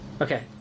Okay